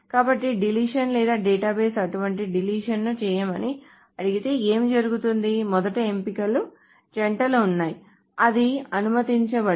కాబట్టి డిలీషన్ లేదా డేటాబేస్ అటువంటి డిలీషన్ ను చేయమని అడిగితే ఏమి జరుగుతుంది మొదట ఎంపికల జంటలు ఉన్నాయి అది అనుమతించ బడదు